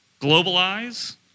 globalize